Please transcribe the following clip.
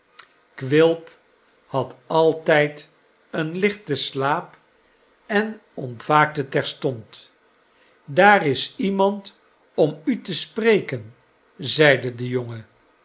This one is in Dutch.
quilp had alt'y'd een lichten slaap en ontwaakte terstond daar is iemand om u te spreken zeide de jongen